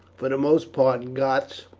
for the most part goths,